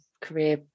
career